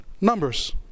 Numbers